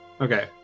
Okay